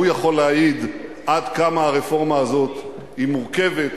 והוא יכול להעיד עד כמה הרפורמה הזאת היא מורכבת.